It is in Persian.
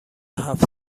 هفت